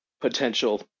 potential